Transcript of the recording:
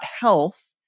health